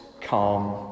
calm